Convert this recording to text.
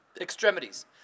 extremities